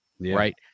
right